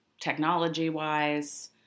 technology-wise